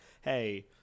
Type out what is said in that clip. hey